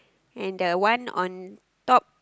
and the one on top